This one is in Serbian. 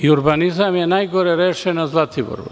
Urbanizam je najgore rešen na Zlatiboru.